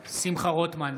רוטמן,